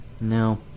No